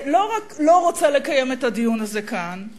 שלא רק לא רוצה לקיים את הדיון הזה כאן,